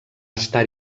estar